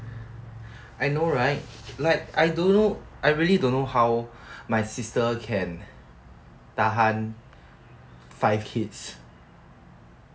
I know right like I don't know I really don't know how my sister can tahan five kids